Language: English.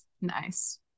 nice